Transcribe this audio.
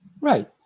Right